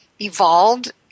evolved